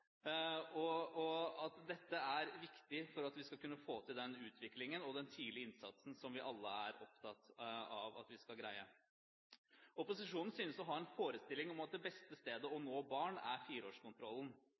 Dette er viktig for at vi skal kunne få til den utviklingen og den tidlige innsatsen som vi alle er opptatt av at vi skal greie. Opposisjonen synes å ha en forestilling om at det beste stedet å